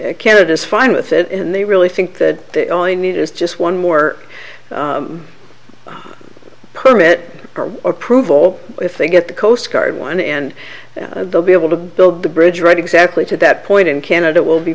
canada is fine with it and they really think that they only need is just one more permit approval if they get the coast guard one and they'll be able to build the bridge right exactly to that point in canada will be